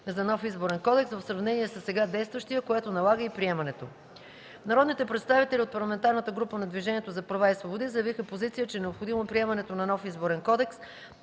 на нов Изборен кодекс в сравнение със сега действащия, което налага и приемането му. Народните представители от Парламентарната група на Движението за права и свободи заявиха позиция, че е необходимо приемането на нов Изборен кодекс,